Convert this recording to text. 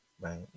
right